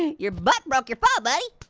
your butt broke your fall, buddy.